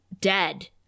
dead